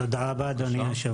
תודה, אדוני.